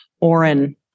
Oren